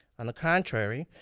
on the contrary,